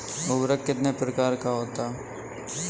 उर्वरक कितने प्रकार का होता है?